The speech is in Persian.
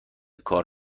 کار